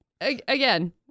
again